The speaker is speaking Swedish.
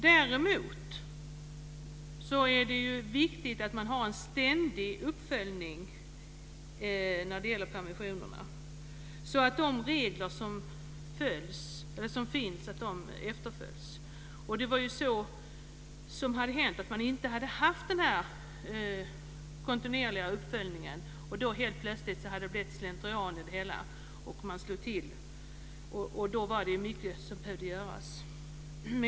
Däremot är det viktigt att man har en ständig uppföljning av permissionerna, så att de regler som finns efterföljs. Vad som hade hänt var att man inte hade haft denna kontinuerliga uppföljning och att det plötsligt hade gått slentrian i verksamheten. När man slog till visade det sig att mycket behövde göras.